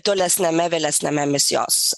tolesniame vėlesniame misijos